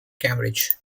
cambridge